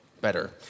better